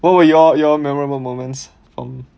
what were your your memorable moments